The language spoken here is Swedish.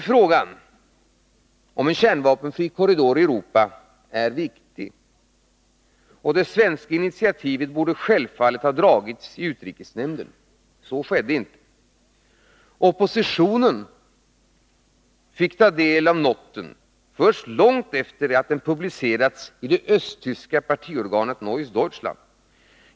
Frågan om en kärnvapenfri korridor i Europa är viktig. Det svenska initiativet borde självfallet ha dragits i utrikesnämnden. Så skedde inte. Oppositionen fick ta del av noten först långt efter det att den publicerats i det östtyska partiorganet Neues Deutschland.